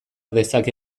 dezake